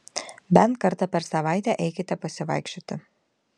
bent kartą per savaitę eikite pasivaikščioti